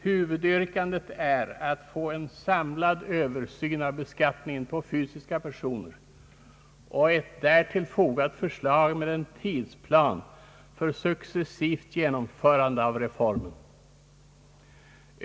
Huvudyrkandet är att få en samlad översyn av beskattningen av fysiska personer och ett därtill fogat förslag med en tidsplan för successivt genomförande av reformen.